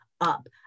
up